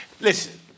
listen